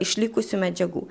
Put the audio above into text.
išlikusių medžiagų